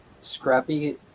Scrappy